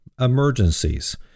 emergencies